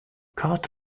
cut